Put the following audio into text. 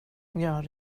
jag